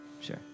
sure